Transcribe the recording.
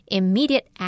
immediate